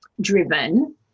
driven